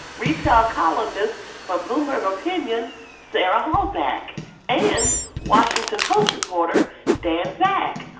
retail columnist for bloomberg opinion sarah halzack and washington post reporter dan zak.